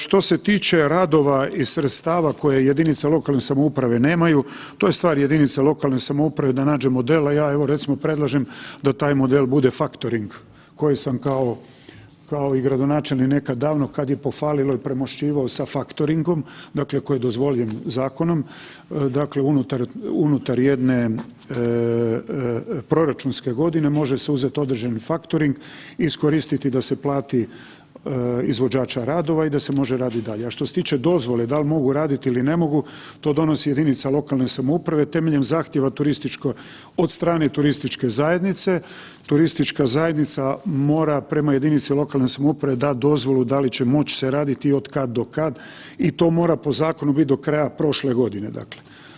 Što se tiče radova i sredstava koje jedinica lokalne samouprave nemaju, to je stvar jedinica lokalne samouprave da nađe model, a ja evo recimo predlažem da taj model bude faktoring koje sam kao i gradonačelnik nekada davno kada je pofalilo i premošćivao sa faktoringom, dakle koji je dozvoljen zakonom, dakle unutar jedne proračunske godine, može se uzeti određeni faktoring, iskoristiti da se plati izvođača radova i da se može raditi dalje, a što se tiče dozvole, da li mogu raditi ili ne mogu, to donosi jedinica lokalne samouprave temeljem zahtjeva turističkog od strane turističke zajednice, turistička zajednica mora prema jedinici lokalne samouprave dati dozvolu da li će moći se raditi i od kad, do kad i to mora po zakonu biti do kraja prošle godine, dakle.